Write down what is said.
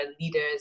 leaders